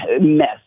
mess